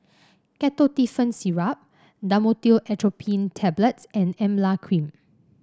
Ketotifen Syrup Dhamotil Atropine Tablets and Emla Cream